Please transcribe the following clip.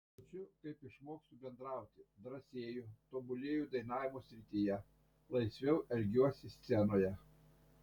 jaučiu kaip išmokstu bendrauti drąsėju tobulėju dainavimo srityje laisviau elgiuosi scenoje